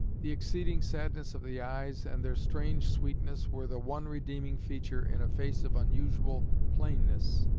the exceeding sadness of the eyes and their strange sweetness were the one redeeming feature in a face of unusual plainness,